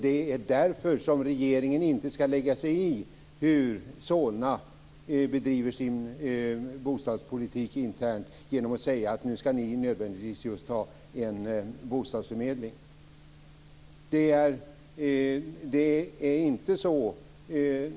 Det är därför som regeringen inte ska lägga sig i hur Solna bedriver sin bostadspolitik internt genom att säga att Solna ska ha en bostadsförmedling. Fru talman!